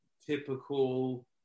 typical